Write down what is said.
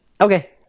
okay